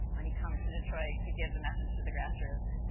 when he comes to detroit to give the message to the grass roots.